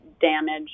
damage